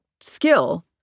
skill